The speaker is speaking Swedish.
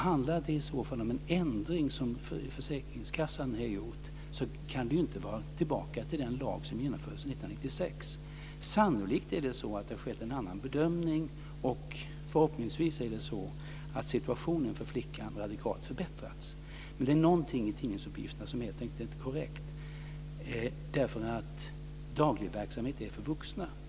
Handlar det i så fall om en ändring som försäkringskassan har gjort, kan den inte ha gått tillbaka till den lag som genomfördes 1996. Sannolikt har det skett en annan bedömning, och förhoppningsvis är det så att situationen för flickan radikalt har förbättrats. Det är dock någonting i tidningsuppgifterna som helt enkelt inte är korrekt. Dagligverksamhet gäller vuxna.